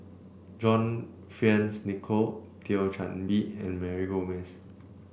John Fearns Nicoll Thio Chan Bee and Mary Gomes